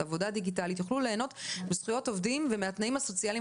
עבודה דיגיטלית יוכלו ליהנות מזכויות עובדים ומהתנאים הסוציאליים